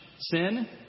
sin